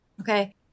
Okay